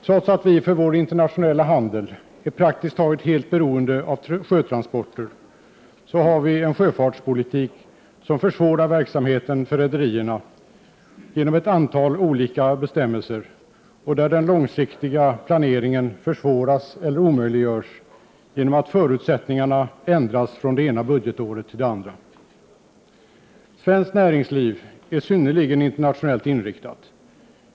Trots att vi för vår internationella handel är praktiskt taget helt beroende av sjötransporter har vi en sjöfartspolitik som försvårar verksamheten för rederierna genom ett antal olika bestämmelser och där den långsiktiga planeringen försvåras eller omöjliggörs genom att förutsättningarna ändras från det ena budgetåret till det andra. Svenskt näringsliv är synnerligen internationellt inriktat.